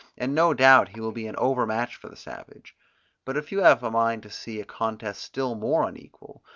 and no doubt he will be an overmatch for the savage but if you have a mind to see a contest still more unequal,